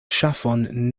ŝafon